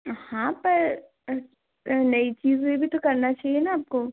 हाँ पर नई चीज़ें भी तो करना चाहिए न आपको